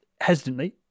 hesitantly